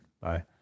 Bye